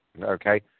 Okay